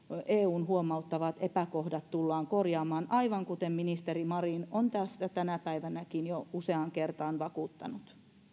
eun huomauttamat epäkohdat tullaan korjaamaan aivan kuten ministeri marin on tässä tänä päivänäkin jo useaan kertaan vakuuttanut